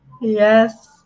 yes